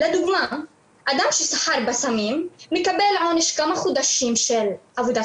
לדוגמה אדם שסחר בסמים מקבל עונש כמה חודשים של עבודת